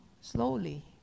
Slowly